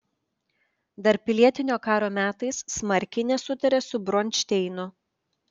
dar pilietinio karo metais smarkiai nesutarė su bronšteinu